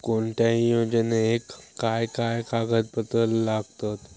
कोणत्याही योजनेक काय काय कागदपत्र लागतत?